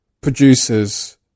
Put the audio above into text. producers